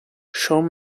sean